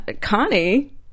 Connie